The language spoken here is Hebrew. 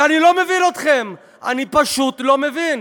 ואני לא מבין אתכם, אני פשוט לא מבין.